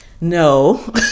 no